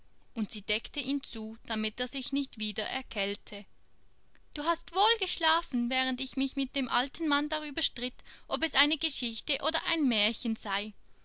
und sie deckte ihn zu damit er sich nicht wieder erkälte du hast wohl geschlafen während ich mich mit dem alten manne darüber stritt ob es eine geschichte oder ein märchen sei